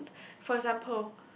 for example